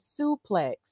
suplex